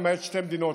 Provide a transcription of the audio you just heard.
למעט שתי מדינות,